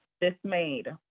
dismayed